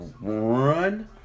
run